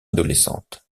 adolescente